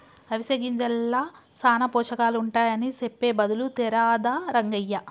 అవిసె గింజల్ల సానా పోషకాలుంటాయని సెప్పె బదులు తేరాదా రంగయ్య